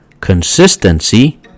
consistency